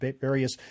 various